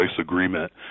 agreement